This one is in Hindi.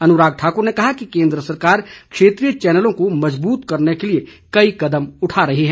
अनुराग ठाकुर ने कहा कि केन्द्र सरकार क्षेत्रीय चैनलों को मजबूत करने के लिए कई कदम उठा रही है